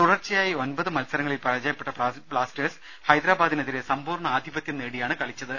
തുടർച്ചയായി ഒൻപത് മത്സരങ്ങളിൽ പരാജയപ്പെട്ട ബ്ലാസ്റ്റേഴ്സ് ഹൈദരബാദിനെതിരെ സമ്പൂർണ്ണ ആധിപത്യം നേടിയാണ് കളി ച്ചത്